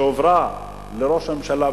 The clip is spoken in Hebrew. שהועברה לראש הממשלה,